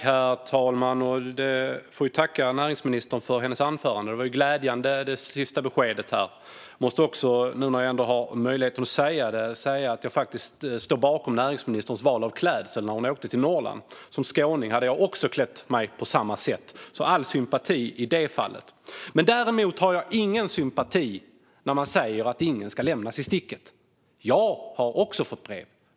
Herr talman! Jag får tacka näringsministern för hennes anförande. Det sista beskedet var glädjande. Jag måste också, nu när jag har möjlighet, säga att jag står bakom näringsministerns val av klädsel när hon åkte till Norrland. Som skåning hade jag också klätt mig på samma sätt, så all sympati i det fallet. Däremot har jag ingen sympati när man säger att ingen ska lämnas i sticket. Jag har också fått brev.